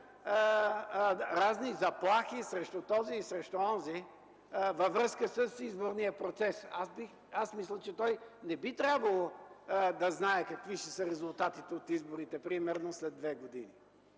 разни заплахи срещу този и срещу онзи във връзка с изборния процес. Аз мисля, че той не би трябвало да знае какви ще са резултатите от изборите примерно след две години,